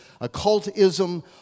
Occultism